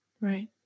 Right